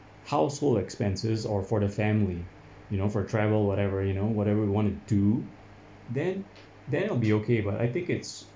household expenses or for the family you know for travel whatever you know whatever you want to do then then will be okay but I think is